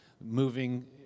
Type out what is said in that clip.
Moving